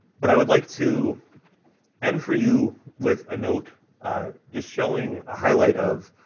but i would like to end for you with a note just showing a highlight of